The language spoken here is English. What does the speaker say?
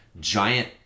giant